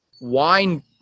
wine